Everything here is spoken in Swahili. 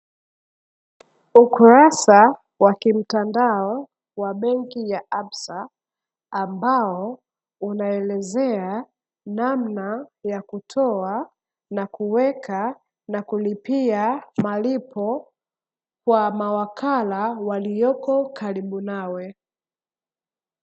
Ukurasa wa kimtandao wa benki ya "absa" ambao unaelezea namna ya kutoa, na kuweka na kulipia malipo kwa mawakala waliopo karibu nawe.